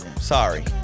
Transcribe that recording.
Sorry